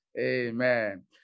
Amen